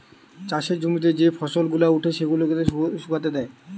চাষের জমিতে যে ফসল গুলা উঠে সেগুলাকে শুকাতে দেয়